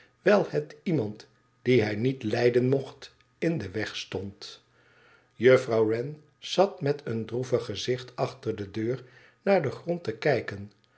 wijl het iemand dien hij niet lijden mocht in den weg stond jufirouw wren zat met een droevig gezicht achter de deur naar den grond te kijken